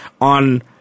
on